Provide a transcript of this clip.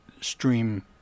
stream